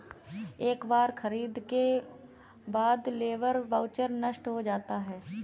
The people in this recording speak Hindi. एक बार खरीद के बाद लेबर वाउचर नष्ट हो जाता है